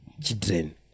Children